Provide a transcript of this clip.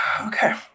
Okay